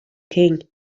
king